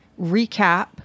recap